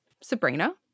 Sabrina